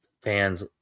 fans